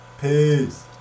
peace